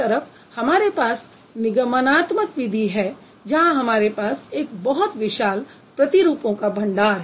एक तरफ हमारे पास निगमनात्मक विधि है जहां हमारे पास एक बहुत विशाल प्रतिरूपों का भंडार है